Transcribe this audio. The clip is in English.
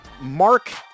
Mark